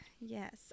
Yes